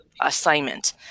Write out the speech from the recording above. assignment